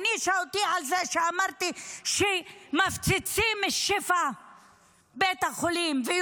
היא הענישה אותי על שאמרתי שמפציצים את בית החולים שיפא.